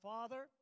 Father